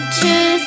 two